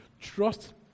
Trust